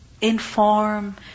Inform